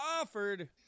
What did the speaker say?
offered